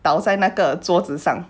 倒在那个桌子上